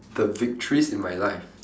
the victories in my life